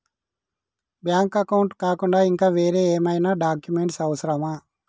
Bank account కాకుండా ఇంకా వేరే ఏమైనా డాక్యుమెంట్స్ అవసరమా?